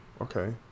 Okay